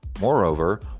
Moreover